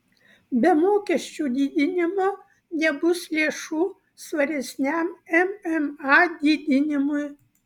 be mokesčių didinimo nebus lėšų svaresniam mma didinimui